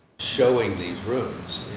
showing these rooms,